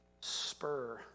spur